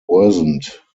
worsened